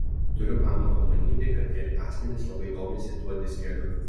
turiu pamato manyti kad keli asmenys labai domisi tuo diskeliu